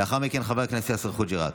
לאחר מכן, חבר הכנסת יאסר חוג'יראת.